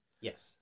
Yes